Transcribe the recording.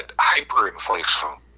hyperinflation